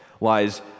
lies